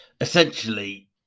essentially